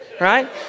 right